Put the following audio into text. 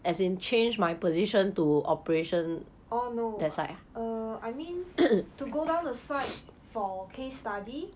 orh no err I mean to go down the site for case study